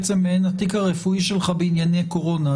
שהיא בעצם מעין התיק הרפואי שלך בענייני קורונה,